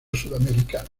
sudamericano